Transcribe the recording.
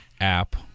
app